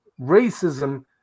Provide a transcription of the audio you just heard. racism